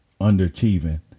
underachieving